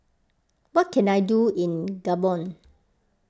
what can I do in Gabon